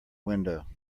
window